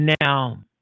Now